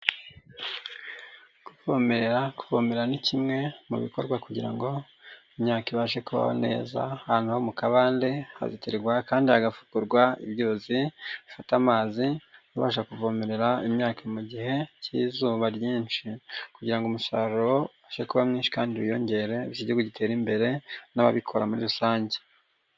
Kuvomerera, kuvomerara ni kimwe mu bikorwa kugira ngo imyaka ibashe kubaho neza, hanyuma mu kabande hagakenerwa kandi hagafukurwa ibyuzi bifata amazi abasha kuvomerera imyaka mu gihe cy'izuba ryinshi kugira ngo umusaruro ubashe kuba mwinshi kandi wiyongere, iki gihugu gitere imbere n'ababikora muri rusange.